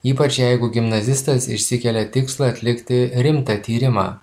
ypač jeigu gimnazistas išsikelia tikslą atlikti rimtą tyrimą